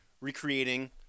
recreating